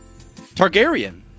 Targaryen